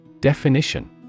Definition